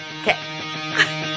okay